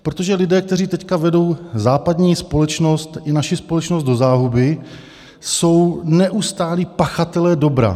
Protože lidé, kteří teď vedou západní společnost i naši společnost do záhuby, jsou neustálí pachatelé dobra.